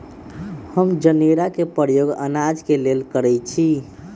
हम जनेरा के प्रयोग अनाज के लेल करइछि